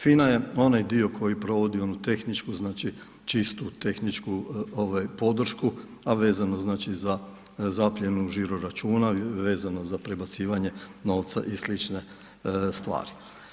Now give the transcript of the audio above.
FINA je onaj dio koji provodi onu tehničku, čistu tehničku podršku, a vezano za zapljenu žiro-računa, vezano za prebacivanje novca i slične stvari.